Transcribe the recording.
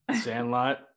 Sandlot